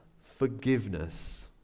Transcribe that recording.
forgiveness